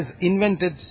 invented